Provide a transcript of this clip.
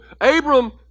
Abram